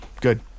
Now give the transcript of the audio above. good